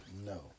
No